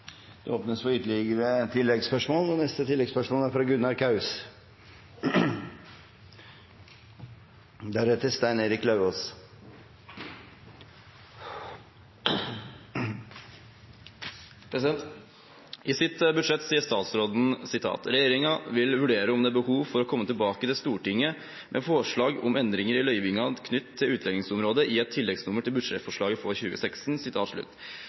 Det åpnes for oppfølgingsspørsmål – først Gunnar Kaus. I sitt budsjett sier statsråden at «regjeringa vil vurdere om det er behov for å kome tilbake til Stortinget med forslag om løyvingsendringar knytt til utlendingsområdet i eit tilleggsnummer til budsjettforslaget for 2016».